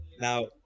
Now